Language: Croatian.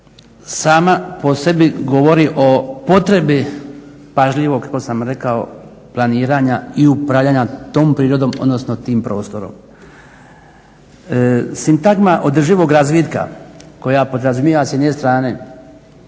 sama po sebi govori o potrebi pažljivog kako sam rekao planiranja i upravljanja tom prirodom, odnosno tim prostorom. Sintagma održivog razvitka koja podrazumijeva s jedne strane